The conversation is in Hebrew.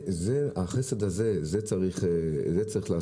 החסד הזה, את זה צריך לעשות.